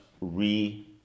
re